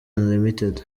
unlimited